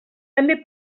també